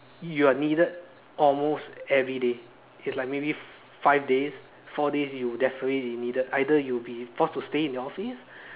you are needed almost everyday is like maybe five days four days you will definitely be needed either you'll be forced to stay in your office